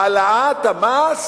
העלאת המס